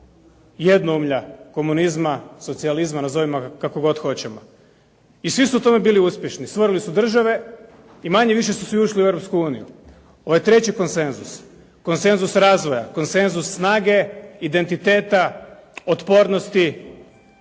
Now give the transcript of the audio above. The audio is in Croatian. jednoumlja komunizma, socijalizma, nazovimo ga kako god hoćemo. I svi su u tome bili uspješni, stvorili su države i manje više su svi ušli u Europsku uniju. Ovaj treći konsenzus, konsenzus razvoja, konsenzus snage, identiteta, otpornosti